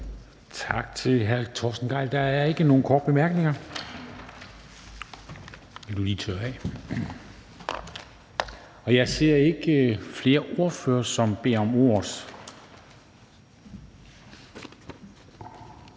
Tak til hr. Torsten Gejl. Der er ikke nogen korte bemærkninger. Jeg ser ikke flere ordførere, som beder om ordet,